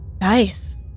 Nice